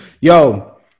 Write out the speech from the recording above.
Yo